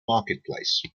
marketplace